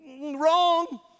wrong